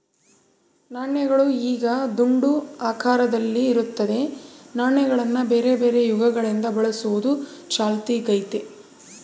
ನಾಣ್ಯಗಳು ಈಗ ದುಂಡು ಆಕಾರದಲ್ಲಿ ಇರುತ್ತದೆ, ನಾಣ್ಯಗಳನ್ನ ಬೇರೆಬೇರೆ ಯುಗಗಳಿಂದ ಬಳಸುವುದು ಚಾಲ್ತಿಗೈತೆ